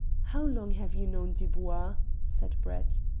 how long have you known dubois? said brett.